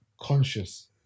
conscious